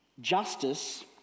justice